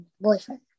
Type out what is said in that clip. boyfriend